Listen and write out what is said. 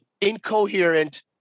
incoherent